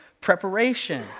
preparation